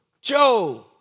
Joe